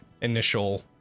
initial